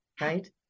right